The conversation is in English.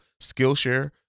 Skillshare